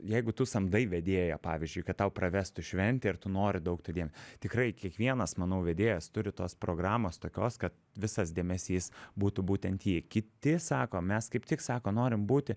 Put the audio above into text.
jeigu tu samdai vedėją pavyzdžiui kad tau pravestų šventę ir tu nori daug to dėm tikrai kiekvienas manau vedėjas turi tos programos tokios kad visas dėmesys būtų būtent ji kiti sako mes kaip tik sako norim būti